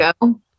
go